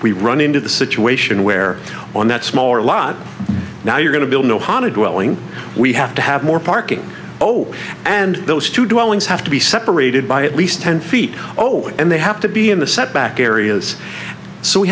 we run into the situation where on that smaller lot now you're going to build no hotted wehling we have to have more parking oh and those two dwellings have to be separated by at least ten feet oh and they have to be in the setback areas so we